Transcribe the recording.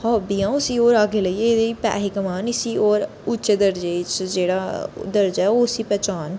hobby ऐ उसी और अग्गें लेई जा एह्दे च पैसे कमां ते इसी होर उच्चे दर्जे च जेह्ड़ा दर्जा जेह्ड़ा ओह् इसी पजान